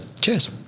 Cheers